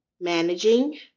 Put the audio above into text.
managing